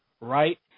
right